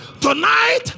tonight